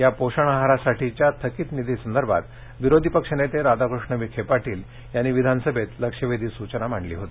या पोषण आहारासाठीच्या थकित निधीसंदर्भात विरोधी पक्षनेते राधाकृष्ण विखे पाटील यांनी विधानसभेत लक्षवेधी सूचना मांडली होती